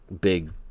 big